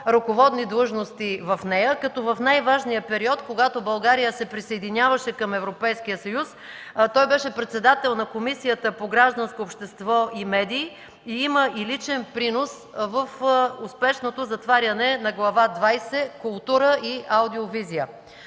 ръководни длъжности в нея – като в най-важния период, когато България се присъединяваше към Европейския съюз, той беше председател на Комисията по гражданско общество и медии и има личен принос в успешното затваряне на Глава двадесета „Култура и аудиовизия”.